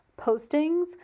postings